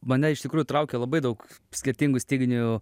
mane iš tikrųjų traukia labai daug skirtingų styginių